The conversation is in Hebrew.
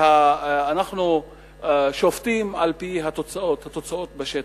ואנחנו שופטים על-פי התוצאות בשטח.